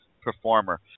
performer